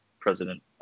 President